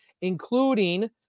including